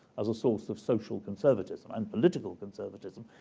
as a source of social conservatism and political conservatism,